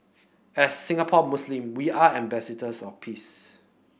as Singaporean Muslim we are ambassadors of peace